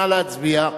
נא להצביע.